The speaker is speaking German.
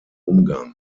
umgang